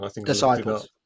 Disciples